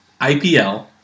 IPL